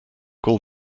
call